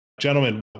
Gentlemen